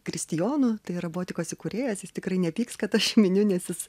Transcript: kristijonu tai robotikos įkūrėjas jis tikrai nepyks kad aš jį miniu nes jis